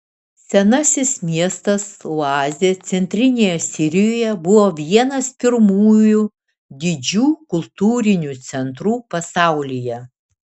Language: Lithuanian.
senasis miestas oazė centrinėje sirijoje buvo vienas pirmųjų didžių kultūrinių centrų pasaulyje